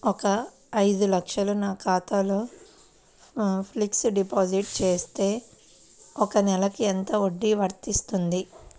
ఒక ఐదు లక్షలు నా ఖాతాలో ఫ్లెక్సీ డిపాజిట్ చేస్తే ఒక నెలకి ఎంత వడ్డీ వర్తిస్తుంది?